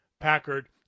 Packard